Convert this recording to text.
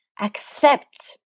accept